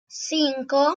cinco